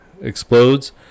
Explodes